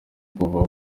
kuva